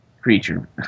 creature